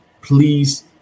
please